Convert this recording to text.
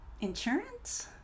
insurance